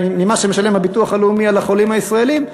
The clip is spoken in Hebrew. שהביטוח הלאומי משלם על החולים הישראלים.